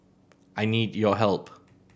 I need your help